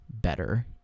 better